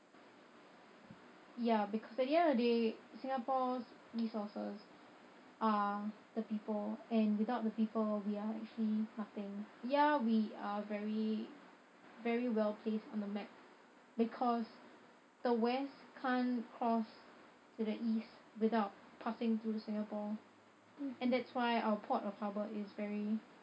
ya because at the end of the day singapore's resources are the people and without the people we are actually nothing ya we are very very well placed on the map because the west can't cross to the east without passing through singapore and that's why our port of harbour is very